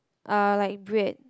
uh like bread